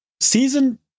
season